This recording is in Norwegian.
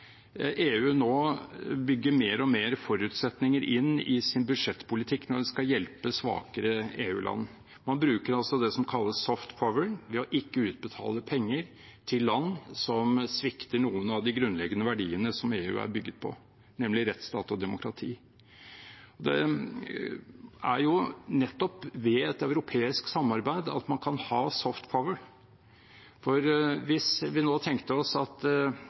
EU nå bygger flere og flere forutsetninger inn i sin budsjettpolitikk når de skal hjelpe svakere EU-land. Man bruker det som kalles «soft power», ved ikke å utbetale penger til land som svikter noen av de grunnleggende verdiene som EU er bygget på, nemlig rettsstat og demokrati. Det er nettopp ved et europeisk samarbeid man kan ha «soft power», for hvis vi nå tenkte oss at